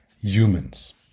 humans